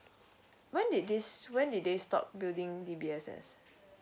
why did this when they they stop building D_B_S_S